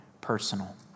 personal